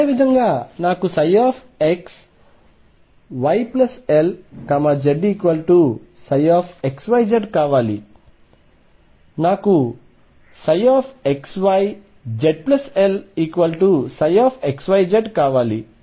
అదేవిధంగా నాకు xyLzψxyz కావాలి నాకు xyzLψxyz కావాలి